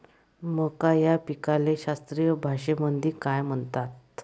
मका या पिकाले शास्त्रीय भाषेमंदी काय म्हणतात?